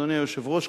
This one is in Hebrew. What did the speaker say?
אדוני היושב-ראש,